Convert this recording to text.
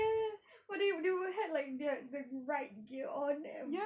ya ya but they they were had like the the bike gear on and